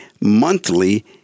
monthly